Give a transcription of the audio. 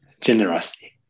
Generosity